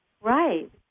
Right